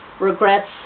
regrets